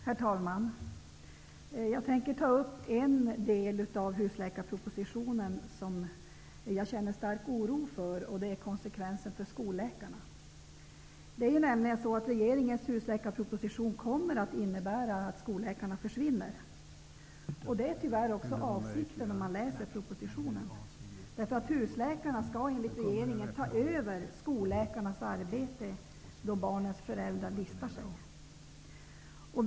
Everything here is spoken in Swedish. Herr talman! Jag tänker ta upp en del av husläkarpropositionen som jag känner stark oro för, nämligen konsekvenserna för skolläkarna. Regeringens husläkarproposition kommer att innebära att skolläkarna försvinner. Det är tyvärr avsikten i propositionen. Husläkarna skall enligt regeringen ta över skolläkarnas arbete då barnens föräldrar väljer husläkare.